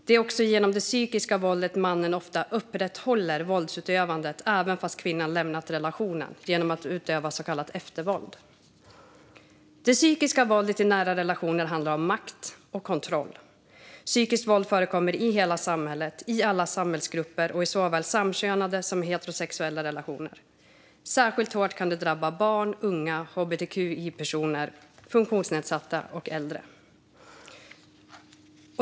Det är också genom det psykiska våldet mannen ofta upprätthållervåldsutövandet även sedan kvinnan lämnat relationen genom att utöva så kallat eftervåld. Det psykiska våldet i nära relationer handlar om makt och kontroll. Psykiskt våld förekommer i hela samhället, i alla samhällsgrupper och i såväl samkönade som i heterosexuella relationer. Särskilt hårt kan det drabba barn, unga, hbtqi-personer, funktionsnedsatta och äldre.